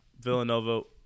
Villanova